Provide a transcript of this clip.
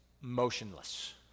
motionless